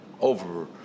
over